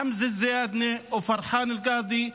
חמזה זיאדנה ופרחאן אל-קאדי,